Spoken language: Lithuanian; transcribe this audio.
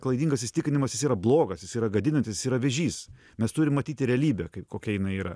klaidingas įsitikinimas jis yra blogas jis yra gadinantis jis yra vėžys mes turim matyti realybę kaip kokia jinai yra